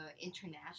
international